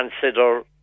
consider